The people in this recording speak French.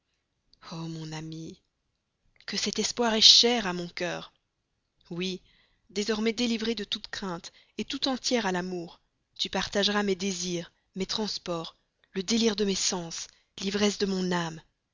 mon amie que cet espoir est cher à mon cœur oui désormais délivrée de toute crainte tout entière à l'amour tu partageras mes désirs mes transports le délire de mes sens l'ivresse de mon âme